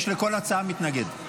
יש לכל הצעה מתנגד.